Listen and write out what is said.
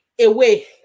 away